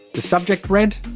the subject read,